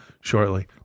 shortly